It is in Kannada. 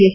ಎಸ್